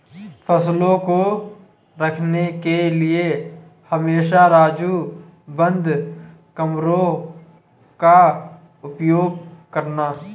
फसलों को रखने के लिए हमेशा राजू बंद कमरों का उपयोग करना